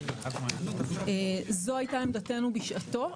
זו הייתה עמדתנו בשעתו,